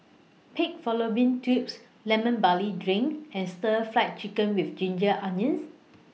Pig Fallopian Tubes Lemon Barley Drink and Stir Fried Chicken with Ginger Onions